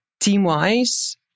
team-wise